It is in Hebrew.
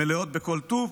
מלאות בכל טוב,